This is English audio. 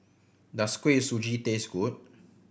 does Kuih Suji taste good